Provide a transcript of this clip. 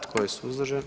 Tko je suzdržan?